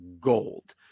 gold